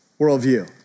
worldview